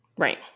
Right